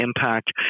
impact